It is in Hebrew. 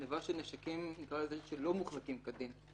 גניבה של נשקים שלא מוחזקים כדין.